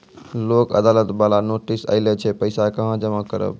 लोक अदालत बाला नोटिस आयल छै पैसा कहां जमा करबऽ?